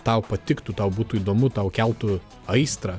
tau patiktų tau būtų įdomu tau keltų aistrą